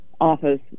office